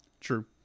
True